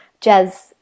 jazz